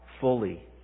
fully